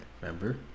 remember